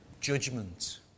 judgment